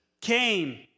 came